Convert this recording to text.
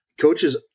coaches